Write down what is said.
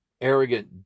arrogant